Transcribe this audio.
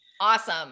Awesome